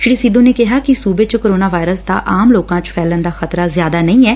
ਸ੍ਰੀ ਸਿੱਧੂ ਨੇ ਕਿਹਾ ਕਿ ਸੂਬੇ ਚ ਕੋਰੋਨਾ ਵਾਇਰਸ ਦਾ ਆਮ ਲੋਕਾਂ ਚ ਫੈਲਣ ਦਾ ਖ਼ਤਰਾ ਜ਼ਿਆਦਾ ਨਹੀਂ ਐ